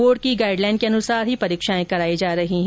board की guideline के अनुसार ही परीक्षाएं कराई जा रही है